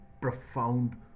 profound